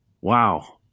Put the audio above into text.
Wow